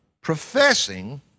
professing